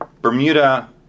Bermuda